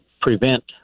prevent